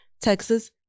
Texas